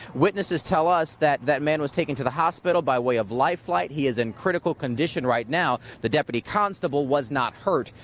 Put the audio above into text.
witnesses tell us that that man was taken to the hospital by way of life flight, he is in critical condition right now. the deputy constable was not hurt.